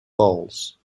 balls